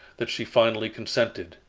that she finally consented.